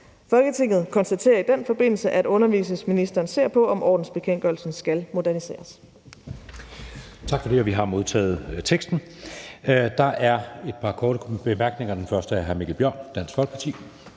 Folketinget konstaterer i den forbindelse, at børne- og undervisningsministeren ser på, om ordensbekendtgørelsen skal moderniseres.«